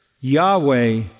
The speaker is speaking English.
Yahweh